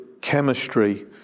chemistry